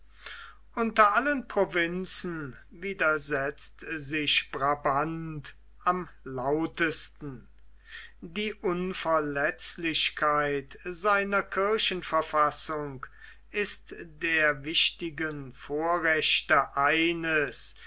unter allen provinzen widersetzt sich brabant am lautesten die unverletzlichkeit seiner kirchenverfassung ist der wichtigen vorrechte eines